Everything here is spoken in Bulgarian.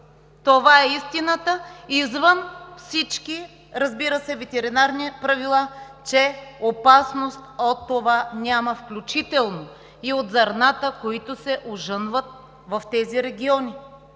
Това е истината извън всички, разбира се, ветеринарни правила, че опасност от това няма, включително и от зърната, които се ожънват в тези региони.